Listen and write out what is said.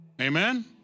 Amen